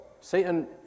Satan